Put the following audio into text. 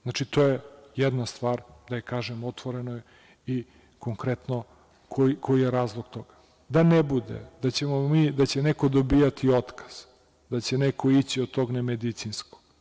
Znači, to jedna stvar, da je kažem otvoreno i konkretno koji je razlog tome da ne bude da će neko dobijati otkaz, da će neko ići od tog nemedicinskog.